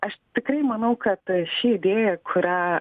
aš tikrai manau kad ši idėja kurią